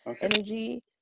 energy